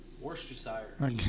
Worcestershire